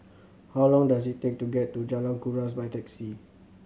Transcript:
how long does it take to get to Jalan Kuras by taxi